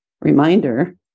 reminder